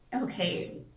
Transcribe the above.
okay